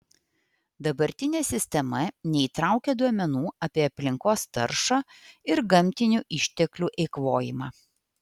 dabartinė sistema neįtraukia duomenų apie aplinkos taršą ir gamtinių išteklių eikvojimą